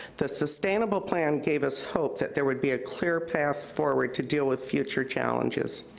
the sustainable plan gave us hope that there would be a clear path forward to deal with future challenges.